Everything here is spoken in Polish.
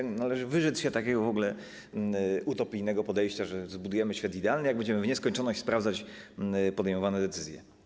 Należy w ogóle wyrzec się takiego utopijnego podejścia, że zbudujemy świat idealny, gdy będziemy w nieskończoność sprawdzać podejmowane decyzje.